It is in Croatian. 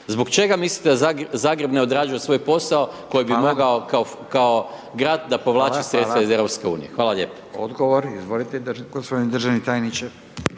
Zbog čega mislite da Zagreb ne odrađuje svoj posao koji bi mogao kao grad da povlači sredstva iz EU? Hvala lijepa. **Radin, Furio (Nezavisni)** Odgovor, izvolite gospodine državni tajniče.